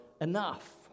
enough